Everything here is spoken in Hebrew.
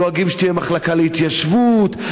דואגים שתהיה מחלקה להתיישבות,